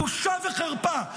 בושה וחרפה.